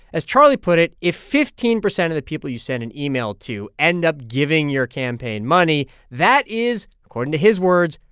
as charlie put it, if fifteen percent of the people you send an email to end up giving your campaign money, that is, according to his words,